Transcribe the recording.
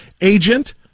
agent